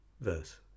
verse